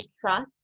trust